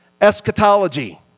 eschatology